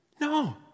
No